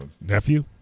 nephew